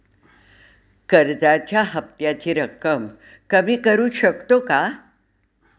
कर्जाच्या हफ्त्याची रक्कम कमी करू शकतो का?